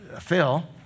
Phil